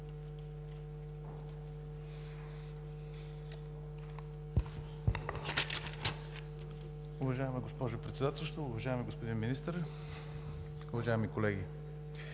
Уважаема госпожо Председател, уважаеми господин Министър, уважаеми колеги!